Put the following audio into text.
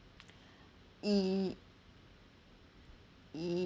ya